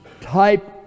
type